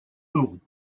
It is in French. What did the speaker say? euros